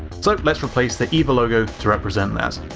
so let's replace the eva logo to represent that.